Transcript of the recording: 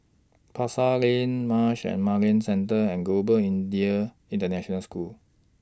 Pasar Lane Marsh and McLennan Centre and Global Indian International School